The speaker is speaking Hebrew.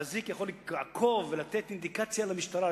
האזיק יכול לעקוב ולתת אינדיקציה למשטרה,